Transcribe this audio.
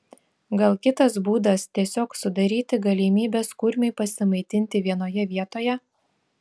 gal kitas būdas tiesiog sudaryti galimybes kurmiui pasimaitinti vienoje vietoje